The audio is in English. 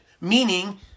meaning